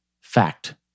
Fact